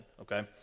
okay